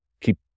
keep